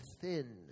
thin